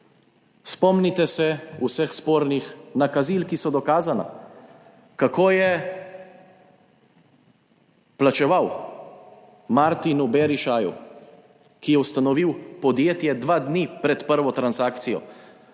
Spomnite se vseh spornih nakazil, ki so dokazana: kako je plačeval Martinu Berišaju, ki je ustanovil podjetje dva dni pred prvo transakcijo.